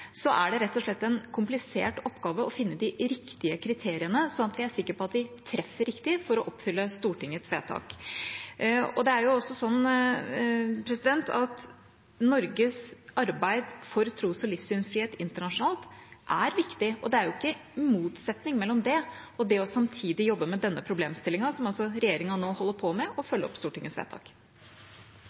er det rett og slett en komplisert oppgave å finne de riktige kriteriene sånn at vi er sikker på at vi treffer riktig for å oppfylle Stortingets vedtak. Norges arbeid for tros- og livssynsfrihet internasjonalt er viktig, og det er ikke noen motsetning mellom det og samtidig å jobbe med denne problemstillingen – som altså regjeringa nå holder på med og følger opp Stortingets vedtak.